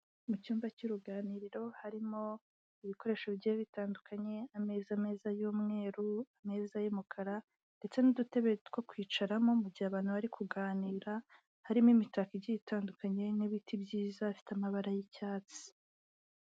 mu cyumba cy'uruganiriro harimo ibikoresho bi bitandukanye ameza meza y'umweru meza y'umukara ndetse n'udutebe two kwicaramo mu gihe abantu bari kuganira harimo imitako igiye itandukanye n'ibiti byizafite amabara y'icyatsi